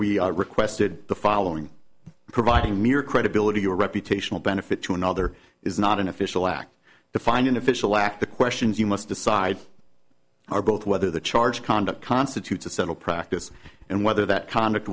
we are requested the following providing mere credibility or reputational benefit to another is not an official act to find an official act the questions you must decide are both whether the charge conduct constitutes a subtle practice and whether that conduct